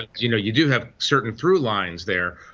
you know you do have certain through lines there,